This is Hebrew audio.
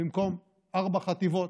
במקום ארבע חטיבות,